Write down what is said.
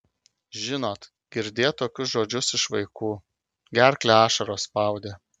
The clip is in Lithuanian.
žinot girdėt tokius žodžius iš vaikų gerklę ašaros spaudė